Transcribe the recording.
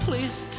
Please